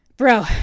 Bro